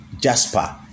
Jasper